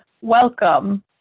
welcome